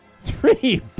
three